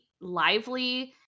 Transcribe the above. lively